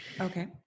Okay